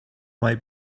might